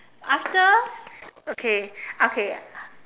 after okay okay